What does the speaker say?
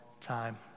time